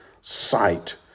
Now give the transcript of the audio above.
sight